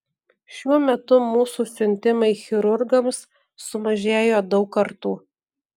šiuo metu mūsų siuntimai chirurgams sumažėjo daug kartų